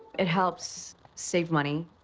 it helps save money.